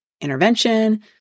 intervention